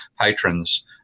patrons